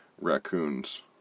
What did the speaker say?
raccoons